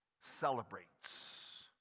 celebrates